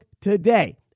today